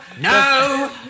no